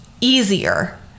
easier